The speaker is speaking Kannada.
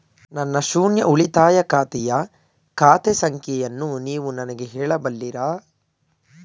ನನ್ನ ಶೂನ್ಯ ಉಳಿತಾಯ ಖಾತೆಯ ಖಾತೆ ಸಂಖ್ಯೆಯನ್ನು ನೀವು ನನಗೆ ಹೇಳಬಲ್ಲಿರಾ?